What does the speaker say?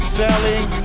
selling